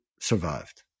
survived